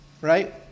right